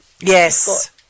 Yes